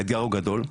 האתגר הוא גדול,